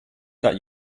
that